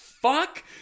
Fuck